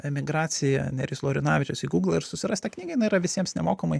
emigracija nerijus laurinavičius į google ir susirast tą knygą jinai yra visiems nemokamai